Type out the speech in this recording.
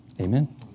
Amen